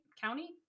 county